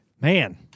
man